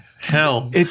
hell